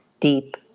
deep